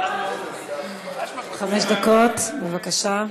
חמש דקות, בבקשה.